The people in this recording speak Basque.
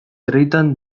herritan